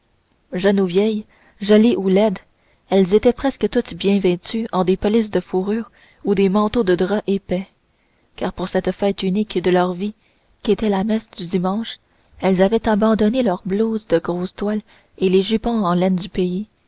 ou vieilles jolies ou laides elles étaient presque toutes bien vêtues en des pelisses de fourrure ou des manteaux de drap épais car pour cette fête unique de leur vie qu'était la messe du dimanche elles avaient abandonné leurs blouses de grosse toile et les jupons en laine du pays